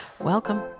Welcome